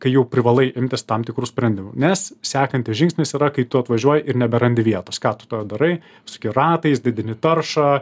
kai jau privalai imtis tam tikrų sprendimų nes sekantis žingsnis yra kai tu atvažiuoji ir neberandi vietos ką tu tada darai suki ratais didini taršą